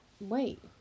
Wait